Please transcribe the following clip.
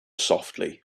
softly